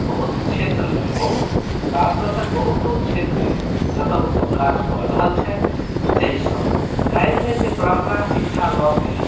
बहुत क्षेत्रमे बहुत भारत वर्षक बहुतो क्षेत्र अछि जतय ओसभ काज कऽ रहल छथि जाहिसँ कल्हि जे जे परम्परा शिक्षा लऽ कऽ